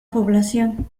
población